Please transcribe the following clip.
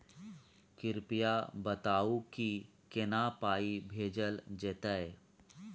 कृपया बताऊ की केना पाई भेजल जेतै?